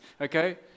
Okay